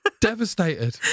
Devastated